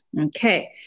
Okay